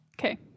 Okay